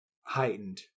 heightened